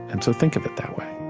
and so think of it that way.